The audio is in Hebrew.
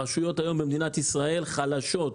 הרשויות היום במדינת ישראל חלשות,